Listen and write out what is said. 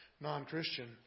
non-Christian